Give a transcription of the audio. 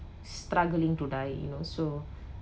struggling to die and also